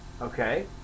okay